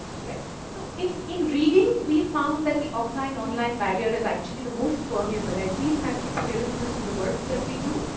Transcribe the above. like so in in reading, we've found that the offline online barrier is actually the most permeable. and we've kind of experienced this in the work that we do.